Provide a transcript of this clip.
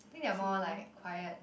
think they are more like quiet